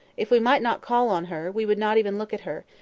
if we might not call on her, we would not even look at her,